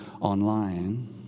online